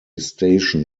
station